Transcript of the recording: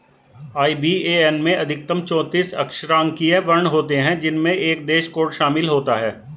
IBAN में अधिकतम चौतीस अक्षरांकीय वर्ण होते हैं जिनमें एक देश कोड शामिल होता है